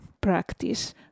practice